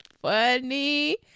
funny